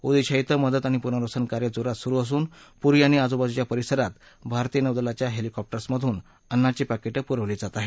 ओदिशा िक मदत आणि पूनर्वसन कार्य जोरात सुरु असून पुरी आणि आजूबाजुच्या परिसरात भारतीय नौदलाच्या हॅलीकॉप्टर्स मधून अन्नाची पाकीटं पुरवली जात आहेत